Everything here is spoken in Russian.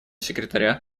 секретаря